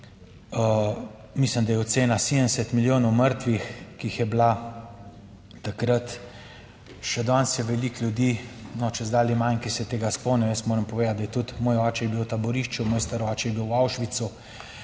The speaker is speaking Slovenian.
Mislim, da je ocena 70 milijonov mrtvih, ki jih je bila takrat. Še danes je veliko ljudi, no, čedalje manj, ki se tega spomnim, jaz moram povedati, da je tudi moj oče je bil v taborišču, moj star oče je bil